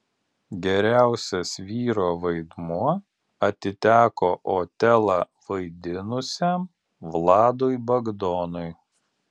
geriausias vyro vaidmuo atiteko otelą vaidinusiam vladui bagdonui